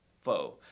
foe